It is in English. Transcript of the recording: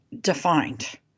defined